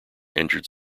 injured